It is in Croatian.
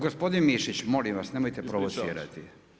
Gospodin Mišić, molim vas nemojte provocirati.